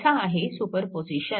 असा आहे सुपरपोजिशन